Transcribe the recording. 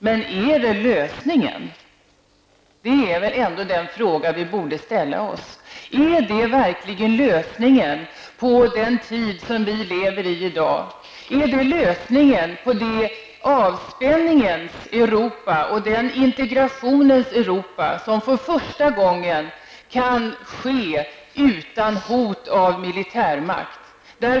Men är det lösningen? Denna fråga borde vi ställa oss. Är det verkligen lösningen på den tid som vi i dag lever i? Är det lösningen på det avspänningens Europa och det integrationens Europa som för första gången kan existera utan hot av militärmakt?